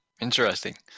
Interesting